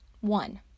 One